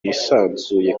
hisanzuye